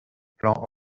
plans